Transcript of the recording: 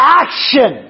action